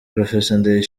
ndayishimiye